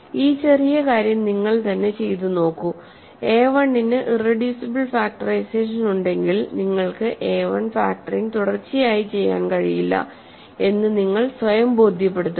ഈ ചെറിയ കാര്യം നിങ്ങൾ തന്നെ ചെയ്തു നോക്കൂ a1 ന് ഇറെഡ്യൂസിബിൾ ഫാക്ടറൈസേഷൻ ഉണ്ടെങ്കിൽ നിങ്ങൾക്ക് എ 1 ഫാക്റ്ററിംഗ് തുടർച്ചയായി ചെയ്യാൻ കഴിയില്ല എന്ന് നിങ്ങൾ സ്വയം ബോധ്യപ്പെടുത്തുക